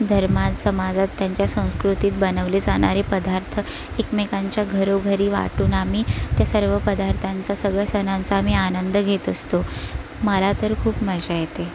धर्मा समाजात त्यांच्या संस्कृतीत बनवले जाणारे पदार्थ एकमेकांच्या घरोघरी वाटून आम्ही त्या सर्व पदार्थांचा सगळ्या सणांचा आम्ही आनंद घेत असतो मला तर खूप मजा येते